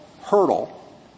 hurdle